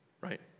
Right